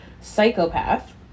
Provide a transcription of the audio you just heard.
psychopath